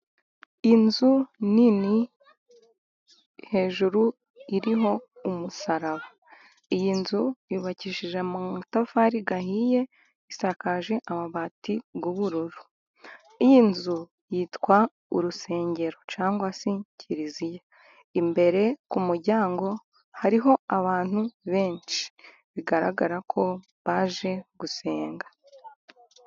Inzu nini hejuru iriho umusaraba iyi nzu yubakishije amatafari ahiye, isakaje amabati y'ubururu iyi nzu yitwa urusengero, cyangwa se kiliziya imbere ku muryango hariho abantu benshi, bigaragara ko baje gusenga.